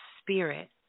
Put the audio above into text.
spirit